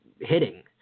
hitting